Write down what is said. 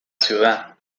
ciudad